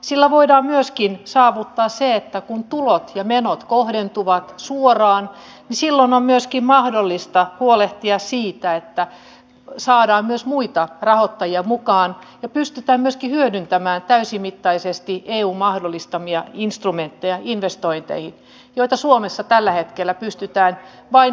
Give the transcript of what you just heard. sillä voidaan myöskin saavuttaa se että kun tulot ja menot kohdentuvat suoraan niin silloin on myöskin mahdollista huolehtia siitä että saadaan myös muita rahoittajia mukaan ja pystytään myöskin hyödyntämään täysimittaisesti eun mahdollistamia instrumentteja investointeihin joita suomessa tällä hetkellä pystytään vain vajavaisesti hyödyntämään